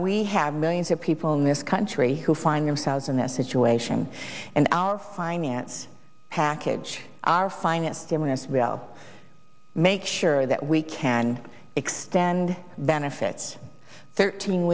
we have millions of people in this country who find themselves in this situation and our finance package our finest simonis we'll make sure that we can extend benefits thirteen